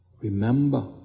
Remember